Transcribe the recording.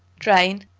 drain,